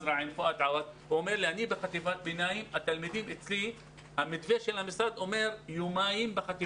אמר לי ראש הרשות במזרעה שהמתווה של המשרד אומר שבחטיבות